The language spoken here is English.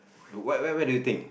what what what do you think